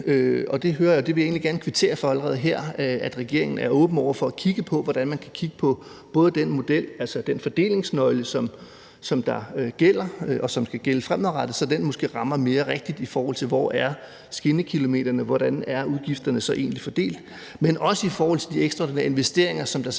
Der hører jeg, og det vil jeg egentlig gerne allerede nu kvittere for, at regeringen er åben over for at kigge på den model, altså både se på den fordelingsnøgle, der gælder, og som skal gælde fremadrettet, så den måske rammer mere rigtigt, i forhold til hvor skinnekilometerne er, og i forhold til hvordan udgifterne egentlig er fordelt, men også se på de ekstraordinære investeringer, der